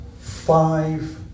five